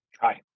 Hi